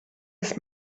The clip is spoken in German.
ist